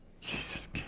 Jesus